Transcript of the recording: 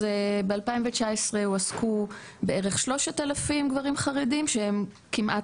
אז ב-2019 הועסקו בערך 3,000 גברים חרדים שהם כמעט